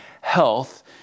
health